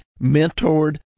mentored